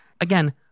Again